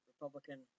Republican